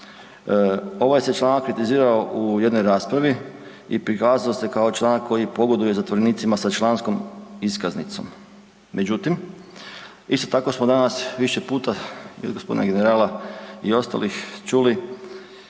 Ovaj se članak kritizirao u jednoj raspravi i prikazao se kao članak koji pogoduje zatvorenicima sa članskom iskaznicom. Međutim, isto tako smo danas više i od gospodina generala i ostalih čuli